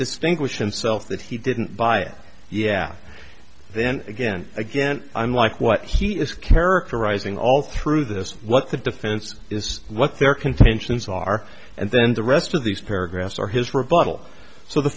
distinguish himself that he didn't buy it yeah then again again i'm like what he is characterizing all through this what the defense is what they're contentions are and then the rest of these paragraphs are his rebuttal so the